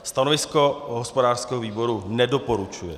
Stanovisko hospodářského výboru nedoporučuje.